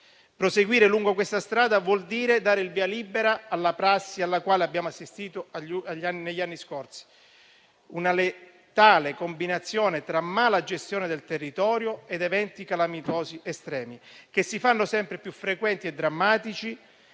Proseguire lungo questa strada vuol dire dare il via libera alla prassi alla quale abbiamo assistito negli anni scorsi: una letale combinazione di mala gestione del territorio ed eventi calamitosi estremi, che si fanno sempre più frequenti e drammatici